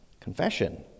confession